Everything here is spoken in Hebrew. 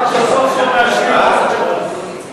הצעת חוק לתיקון פקודת התעבורה (מרכז שירות ארצי לעניין כרטיס רב-קו),